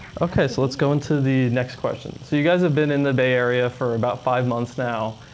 ok, so let's go into the next question. so you guys have been in the bay area for about five months now.